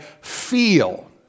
feel